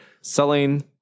selling